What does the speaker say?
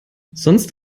sonst